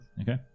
Okay